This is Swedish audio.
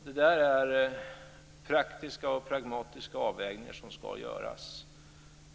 Det är praktiska och pragmatiska avvägningar som skall göras.